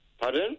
Pardon